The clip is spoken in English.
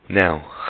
Now